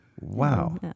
Wow